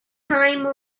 time